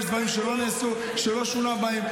לא היית בוועדה.